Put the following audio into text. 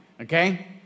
Okay